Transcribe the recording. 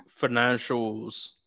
financials